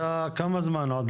כמה זמן אתה עוד